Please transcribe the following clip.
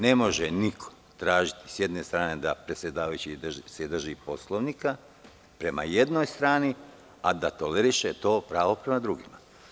Ne može niko tražiti s jedne strane da se predsedavajući drži Poslovnika prema jednoj strani, a da toleriše to pravo prema drugima.